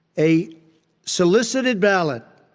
a solicited ballot,